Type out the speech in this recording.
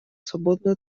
свободную